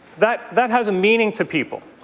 that that has meaning to people.